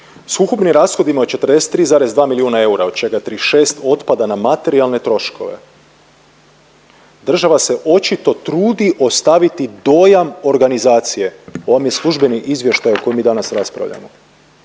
S ukupnim rashodima od 43,2 milijuna eura od čega 36 otpada na materijalne troškove, država se očito trudi ostaviti dojam organizacije. Ovo vam je službeni izvještaj o kojem mi danas raspravljamo.